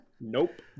Nope